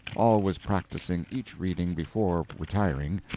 always practising each reading before retiring,